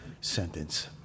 sentence